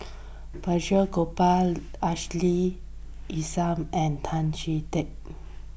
Balraj Gopal Ashley Isham and Tan Chee Teck